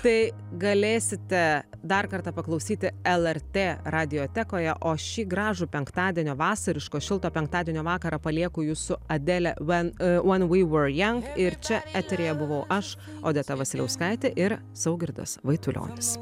tai galėsite dar kartą paklausyti lrt radiotekoje o šį gražų penktadienio vasariško šilto penktadienio vakarą palieku jus su adele when when we were young ir čia eteryje buvau aš odeta vasiliauskaitė ir saugirtas vaitulionis